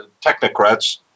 technocrats